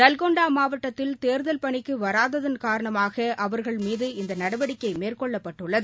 நல்கொண்டா மாவட்டத்தில் தேர்தல் பணிக்கு வராததன் காரணமாக அவர்கள் மீது இந்த நடவடிக்கை மேற்கொள்ளப்பட்டுள்ளது